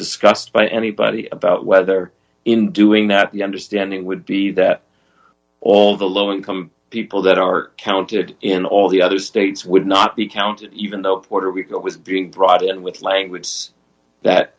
discussed by anybody about whether in doing that you understand it would be that all the low income people that are counted in all the other states would not be counted even though puerto rico was being brought in with language that